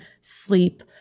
sleep